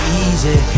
easy